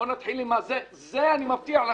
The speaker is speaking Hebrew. בואו נתחיל עם הזה, זה אני מבטיח לך.